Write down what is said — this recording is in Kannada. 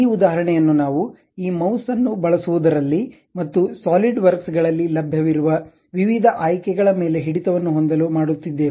ಈ ಉದಾಹರಣೆಯನ್ನು ನಾವು ಈ ಮೌಸ್ ಅನ್ನು ಬಳಸುವುದರಲ್ಲಿ ಮತ್ತು ಸಾಲಿಡ್ ವರ್ಕ್ಸ್ ಗಳಲ್ಲಿ ಲಭ್ಯವಿರುವ ವಿವಿಧ ಆಯ್ಕೆಗಳ ಮೇಲೆ ಹಿಡಿತವನ್ನು ಹೊಂದಲು ಮಾಡುತ್ತಿದ್ದೇವೆ